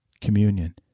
communion